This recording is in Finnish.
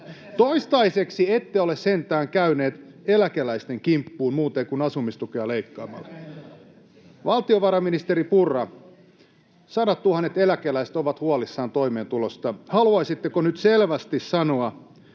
Toistaiseksi ette ole sentään käyneet eläkeläisten kimppuun muuten kuin asumistukea leikkaamalla. Valtiovarainministeri Purra, sadattuhannet eläkeläiset ovat huolissaan toimeentulosta. Haluaisitteko nyt selvästi sanoa